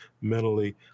mentally